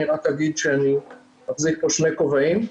אני רק אגיד שאני מחזיק פה שני כובעים.